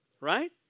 Right